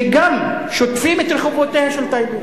שגם שוטפים את רחובותיה של טייבה.